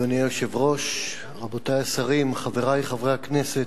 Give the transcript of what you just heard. אדוני היושב-ראש, רבותי השרים, חברי חברי הכנסת,